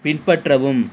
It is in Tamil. பின்பற்றவும்